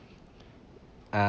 uh